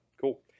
Cool